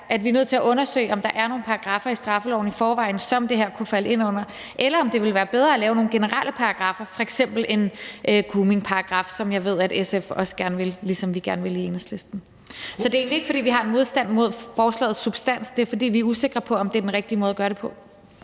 at vi er nødt til at undersøge, om der er nogle paragraffer i straffeloven i forvejen, som det her kunne falde ind under, eller om det ville være bedre at lave nogle generelle paragraffer, f.eks. en groomingparagraf, som jeg ved at SF også gerne vil have, ligesom vi gerne vil i Enhedslisten. Det er egentlig ikke, fordi vi har en modstand mod forslagets substans. Det er, fordi vi er usikre på, om det er den rigtige måde at gøre det på.